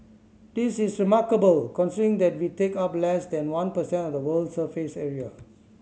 this is remarkable considering that we take up less than one per cent of the world's surface area